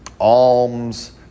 alms